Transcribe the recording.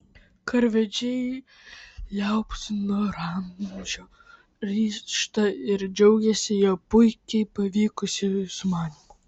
karvedžiai liaupsino ramzio ryžtą ir džiaugėsi jo puikiai pavykusiu sumanymu